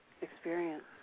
experience